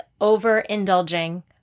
overindulging